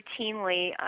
routinely